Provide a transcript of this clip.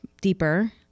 deeper